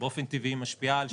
באופן טבעי היא משפיעה על שתיהן.